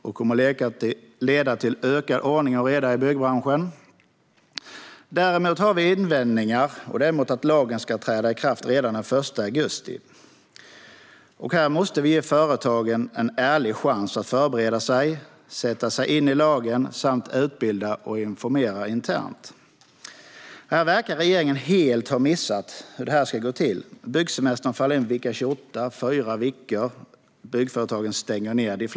Det kommer att leda till ökad ordning och reda i byggbranschen. Däremot har vi invändningar mot att lagen ska träda i kraft redan den 1 augusti. Vi måste ge företagen en ärlig chans att förbereda sig, sätta sig in i lagen samt utbilda och informera internt. Regeringen verkar helt ha missat hur det ska gå till. Byggsemestern faller in vecka 28 och varar i fyra veckor. De flesta byggföretagen stänger då ned.